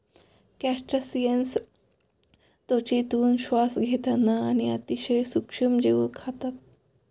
crustaceans त्वचेतून श्वास घेतात आणि अतिशय सूक्ष्म जीव खातात